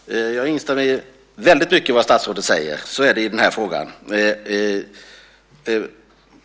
Fru talman! Jag instämmer i väldigt mycket av vad statsrådet säger. Så är det i den här frågan.